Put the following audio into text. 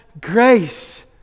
grace